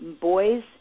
Boys